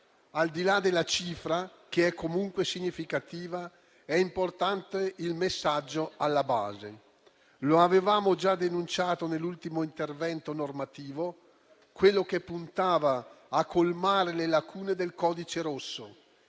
Al di là della cifra, che è comunque significativa, è importante il messaggio alla base, come avevamo già denunciato nell'ultimo intervento normativo, quello che puntava a colmare le lacune del codice rosso,